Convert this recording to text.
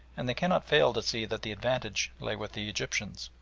and they cannot fail to see that the advantage lay with the egyptians.